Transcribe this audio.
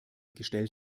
gestellt